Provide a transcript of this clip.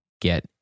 get